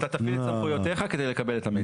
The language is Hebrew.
אתה תפעיל את סמכויותיך כדי לקבל את המידע.